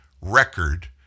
record